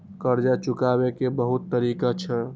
कर्जा चुकाव के बहुत तरीका छै?